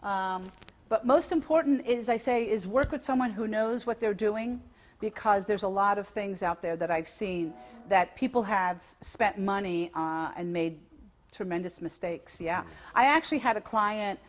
but most important is i say is work with someone who knows what they're doing because there's a lot of things out there that i've seen that people have spent money and made tremendous mistakes yeah i actually had a client